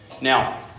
Now